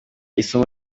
isomo